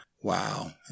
Wow